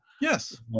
Yes